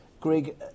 Greg